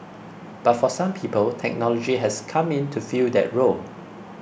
but for some people technology has come in to fill that role